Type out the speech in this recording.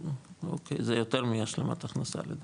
אוקי, זה יותר מהשלמת הכנסה, לדעתי.